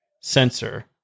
sensor